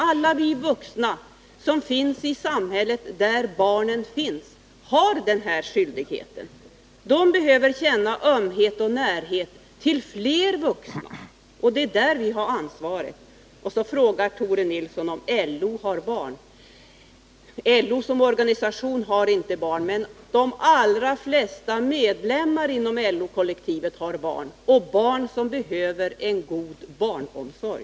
Alla vi vuxna som finns i det samhälle där barnen finns har den skyldigheten. Barnen behöver känna ömhet och närhet till fler vuxna, och det är där vårt ansvar ligger. Sedan frågar Tore Nilsson om LO har barn. LO som organisation har inte några barn. Men de allra flesta medlemmar i LO-kollektivet har barn, och de barnen behöver en god barnomsorg.